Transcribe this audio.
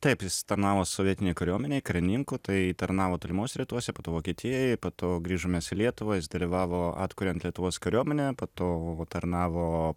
taip jis tarnavo sovietinėj kariuomenėj karininku tai tarnavo tolimuose rytuose po to vokietijoj po to grįžom mes į lietuvą jis dalyvavo atkuriant lietuvos kariuomenę po to tarnavo